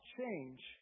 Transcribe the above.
change